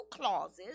clauses